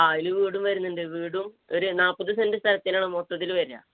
ആ അതില് വീടും വരുന്നുണ്ട് വീടും ഒരു നാല്പ്പത് സെൻറ്റ് സ്ഥലത്തിനാണ് മൊത്തത്തില് വരിക